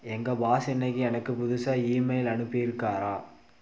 எங்கள் பாஸ் இன்றைக்கு எனக்கு புதுசாக இமெயில் அனுப்பியிருக்காரா